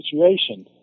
situation